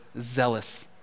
zealous